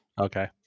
okay